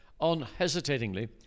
unhesitatingly